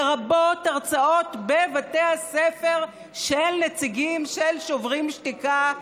לרבות הרצאות בבתי הספר של נציגים של שוברים שתיקה,